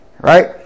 Right